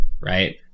right